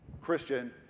Christian